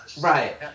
Right